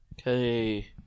okay